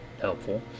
helpful